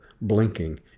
blinking